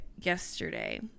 yesterday